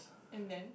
and then